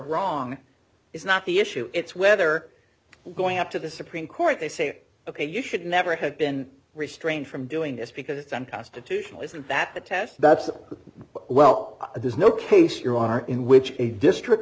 wrong is not the issue it's whether we're going up to the supreme court they say ok you should never have been restrained from doing this because it's unconstitutional isn't that a test that's well there's no case you are in which a district